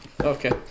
Okay